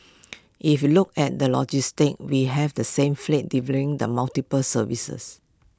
if look at the logistics we have the same fleet delivering the multiple services